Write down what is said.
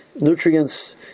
nutrients